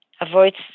avoids